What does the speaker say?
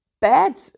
bad